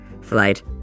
flight